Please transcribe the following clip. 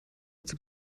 zum